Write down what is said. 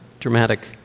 dramatic